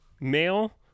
male